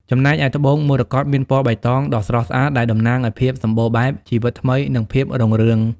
ចំណែកឯត្បូងមរកតមានពណ៌បៃតងដ៏ស្រស់ស្អាតដែលតំណាងឱ្យភាពសម្បូរបែប ជីវិតថ្មី និងភាពរុងរឿង។